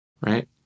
right